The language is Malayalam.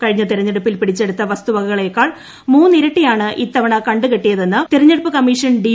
കഴിഞ്ഞ തിരഞ്ഞെടുപ്പിൽ പിടിച്ചെടുത്ത വസ്തുവകകളെക്കാൾ മൂന്നിരട്ടിയാണ് ഇത്തവണ കണ്ടുകെട്ടിയതെന്ന് തിരഞ്ഞെടുപ്പ് കമ്മീഷൻ ഡി